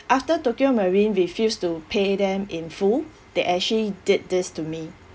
after tokio marine refused to pay them in full they actually did this to me